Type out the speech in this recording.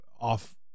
off